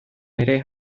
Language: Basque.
ere